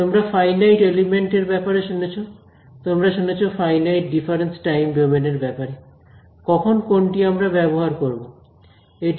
তোমরা finite element এর ব্যাপারে শুনেছো তোমরা শুনেছো ফাইনাইট ডিফারেন্স টাইম ডোমেন এর ব্যাপারে কখন কোনটি আমরা ব্যবহার করব